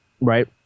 Right